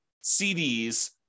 CD's